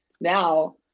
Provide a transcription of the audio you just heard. now